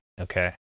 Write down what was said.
okay